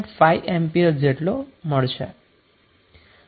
5 ampere મળશે